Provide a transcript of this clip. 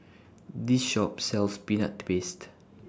This Shop sells Peanut Paste